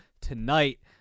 tonight